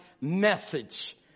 message